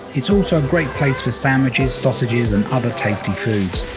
it's also a great place for sandwiches, sausages and other tasty foods.